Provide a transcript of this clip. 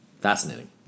Fascinating